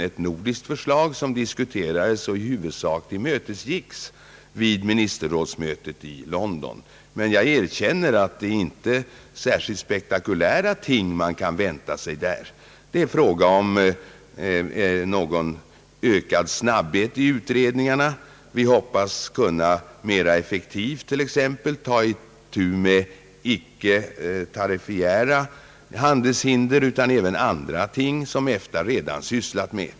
Ett nordiskt förslag härom diskuterades och tillmötesgicks i huvudsak vid ministermötet i London. Men jag erkänner att man inte kan vänta sig särskilt påtagliga resultat. Det är fråga om någon ökad snabbhet i utredningarna. Vi hoppas kunna mera effektivt t.ex. ta itu med icke blott tariffera handelshinder utan även andra ting som EFTA redan sysslat med.